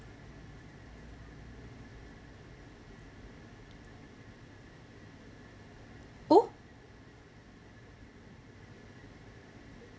oh